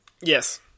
Yes